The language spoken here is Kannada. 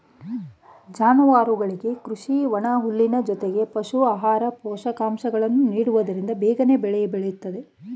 ಜಾನುವಾರುಗಳಿಗೆ ಕೃಷಿ ಮತ್ತು ಒಣಹುಲ್ಲಿನ ಜೊತೆಗೆ ಪಶು ಆಹಾರ, ಪೋಷಕಾಂಶಗಳನ್ನು ನೀಡುವುದರಿಂದ ಬೇಗನೆ ಬೆಳೆಯುತ್ತದೆ